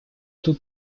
тут